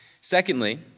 Secondly